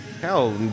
Hell